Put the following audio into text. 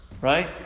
Right